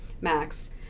Max